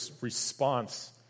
response